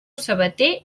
sabater